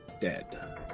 dead